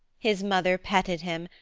his mother petted him,